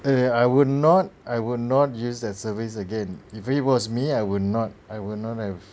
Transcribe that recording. yeah I would not I would not use that service again if it was me I would not I would not have